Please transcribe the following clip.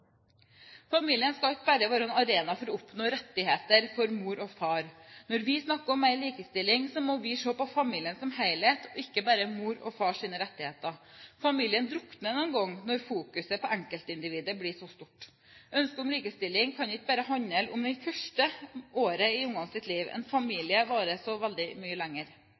Familien skal ikke bare være en arena for å oppnå rettigheter for mor og far. Når vi snakker om mer likestilling, må vi se på familien som helhet og ikke bare på mors og fars rettigheter. Familien drukner noen ganger når fokuseringen på enkeltindividet blir så stor. Ønsket om likestilling kan ikke bare handle om det første året i barnas liv. En familie varer så veldig mye lenger.